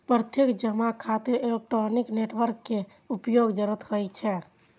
प्रत्यक्ष जमा खातिर इलेक्ट्रॉनिक नेटवर्क के उपयोगक जरूरत होइ छै